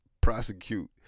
prosecute